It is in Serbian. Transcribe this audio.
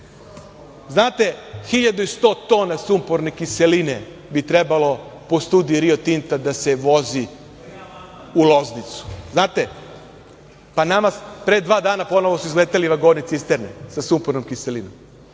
i 100 tona sumporne kiseline bi trebalo po studiji „Rio Tinta“ da se vozi u Loznicu. Znate, pa nama su pre dva dana ponovo izleteli vagoni cisterne sa sumpornom kiselinom.